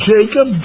Jacob